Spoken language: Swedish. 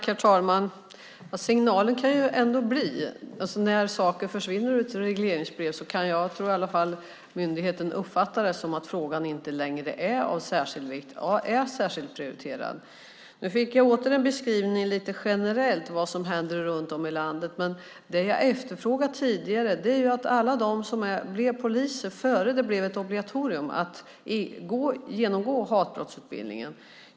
Herr talman! När saker försvinner ur ett regleringsbrev tror jag att myndigheten kan uppfatta det som att frågan inte längre är av särskild vikt och särskilt prioriterad. Nu fick jag åter en beskrivning lite generellt av vad som händer runt om i landet. Men det jag frågade om tidigare är alla de som blev poliser innan det blev ett obligatorium att genomgå hatbrottsutbildningen.